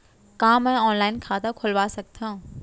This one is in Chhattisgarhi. का मैं ऑनलाइन खाता खोलवा सकथव?